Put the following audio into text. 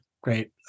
great